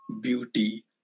beauty